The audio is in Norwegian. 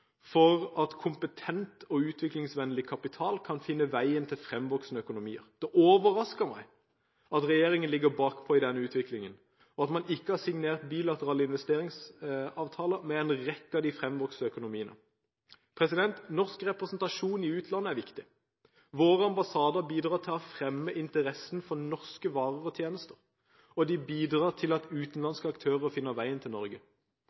for at kompetent og utviklingsvennlig kapital kan finne veien til fremvoksende økonomier. Det overrasker meg at regjeringen ligger bakpå i denne utviklingen, og at man ikke har signert bilaterale investeringsavtaler med en rekke av de fremvoksende økonomiene. Norsk representasjon i utlandet er viktig. Våre ambassader bidrar til å fremme interessen for norske varer og tjenester, og de bidrar til at utenlandske aktører finner veien til Norge.